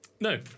No